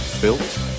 built